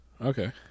Okay